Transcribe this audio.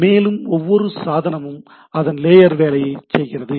மேலும் ஒவ்வொரு சாதனமும் அதன் லேயர் வேலையை செய்கிறது